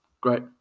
great